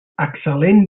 excel·lent